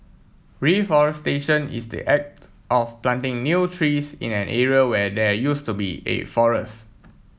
reforestation is the act of planting new trees in an area where there used to be a forest